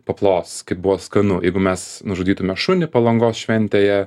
paplos kaip buvo skanu jeigu mes nužudytume šunį palangos šventėje